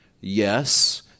yes